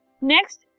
Next